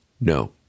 no